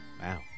Wow